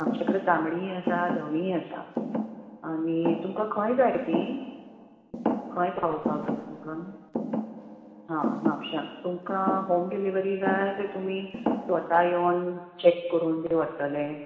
आमचेडेन तांबडींय आसा धवींय आसा आनी तुमका खंय जाय ती खंय पावोवपाक जाय तुमका हां म्हापश्यां पूण तुमकां हॉम डिलीवरी जाय कांय तुमी स्वता येवन चॅक करून बी व्हरतले